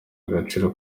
agaciro